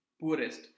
poorest